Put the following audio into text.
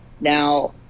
Now